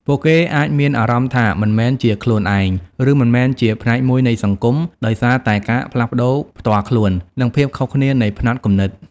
ពួកគេអាចមានអារម្មណ៍ថា មិនមែនជាខ្លួនឯង ឬមិនមែនជាផ្នែកមួយនៃសង្គម ដោយសារតែការផ្លាស់ប្តូរផ្ទាល់ខ្លួន និងភាពខុសគ្នានៃផ្នត់គំនិត។